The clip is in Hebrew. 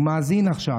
הוא מאזין עכשיו,